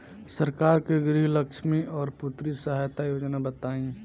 सरकार के गृहलक्ष्मी और पुत्री यहायता योजना बताईं?